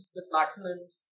departments